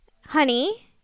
honey